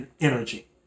energy